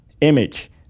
Image